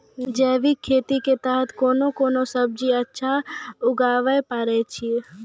जैविक खेती के तहत कोंन कोंन सब्जी अच्छा उगावय पारे छिय?